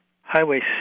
Highway